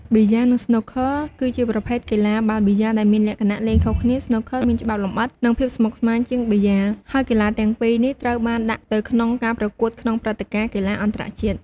ប៊ីយ៉ា និងស្នូកឃឺគឺជាប្រភេទកីឡាបាល់ប៊ីយ៉ាលដែលមានលក្ខណៈលេងខុសគ្នា ស្នូកឃឺមានច្បាប់លម្អិត និងភាពស្មុគស្មាញជាងប៊ីយ៉ា ហើយកីឡាទាំងពីរនេះត្រូវបានដាក់ទៅក្នុងការប្រកួតក្នុងព្រឹត្តិការណ៍កីឡាអន្តរជាតិ។